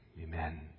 Amen